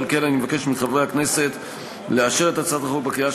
ועל כן אני מבקש מחברי הכנסת לאשר את הצעת החוק בקריאה